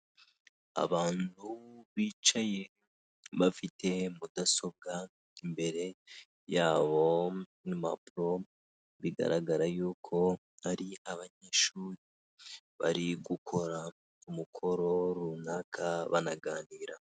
Abantu bicaye bafite mudasobwa imbere yabo n'impapuro bigaragara y'uko ari abanyeshuri bari gukora umukoro runaka banaganira.